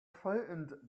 frightened